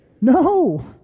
No